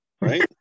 right